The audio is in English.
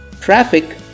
Traffic